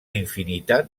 infinitat